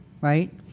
right